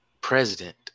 president